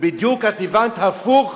ובדיוק את הבנת הפוך,